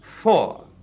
four